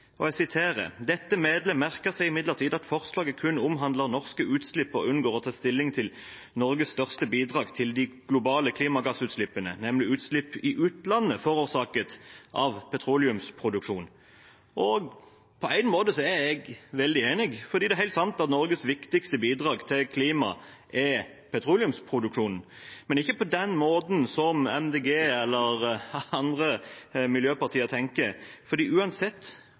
forslaget kun omhandler norske utslipp og unngår å ta stilling til Norges største bidrag til de globale klimagassutslippene, nemlig utslipp i utlandet forårsaket av norsk petroleumsproduksjon.» På en måte er jeg veldig enig, for det er helt sant at Norges viktigste bidrag til klima er petroleumsproduksjonen, men ikke på den måten som Miljøpartiet De Grønne eller andre miljøpartier tenker. Uansett